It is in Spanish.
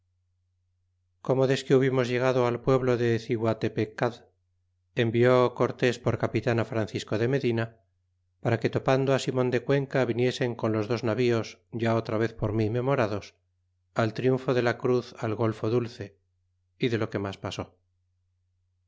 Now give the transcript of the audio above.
clxxvi como desque hubimos llegado al pueblo de ciguatepeoad envió cortes por capitan francisco de medina para que topando simon de cuenca viniesen con los dos navíos ya otra vez por mi memorados al triunfo de la cruz al golfo dulce y de lo que mas pai